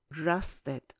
rusted